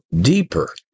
deeper